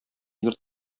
йорт